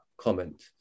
comment